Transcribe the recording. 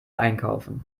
einkaufen